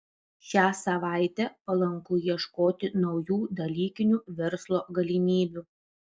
šią savaitę palanku ieškoti naujų dalykinių verslo galimybių